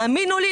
האמינו לי,